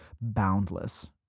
boundless